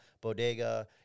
Bodega